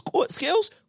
skills